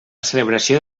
celebració